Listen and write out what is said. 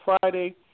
Friday